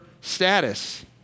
status